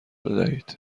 بدهید